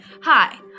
Hi